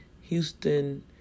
Houston